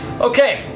Okay